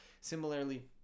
Similarly